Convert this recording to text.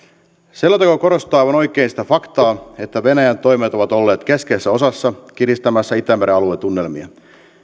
selonteko korostaa aivan oikein sitä faktaa että venäjän toimet ovat olleet keskeisessä osassa kiristämässä itämeren alueen tunnelmia